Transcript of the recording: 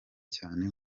cyane